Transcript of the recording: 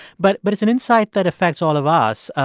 but but it's an insight that affects all of us.